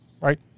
right